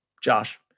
Josh